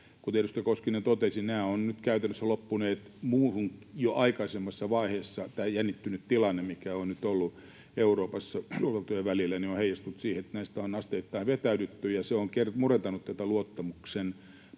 Kuten edustaja Koskinen totesi, nämä ovat nyt käytännössä loppuneet jo aikaisemmassa vaiheessa. Tämä jännittynyt tilanne, mikä on nyt ollut Euroopassa suurvaltojen välillä, on heijastunut siihen, että näistä on asteittain vetäydytty, ja se on murentanut tätä luottamuksen